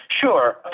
Sure